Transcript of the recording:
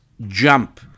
jump